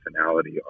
personality